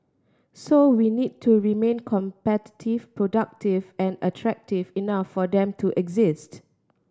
so we need to remain competitive productive and attractive enough for them to exist